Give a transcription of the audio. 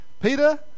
Peter